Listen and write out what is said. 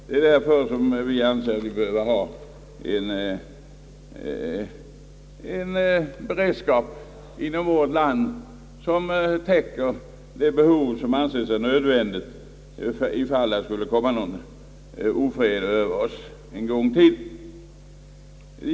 Det är därför vi anser oss behöva inom vårt land ha en beredskap som täcker det behov som anses vara nödvändigt ifall det skul le komma ofred över oss en gång till.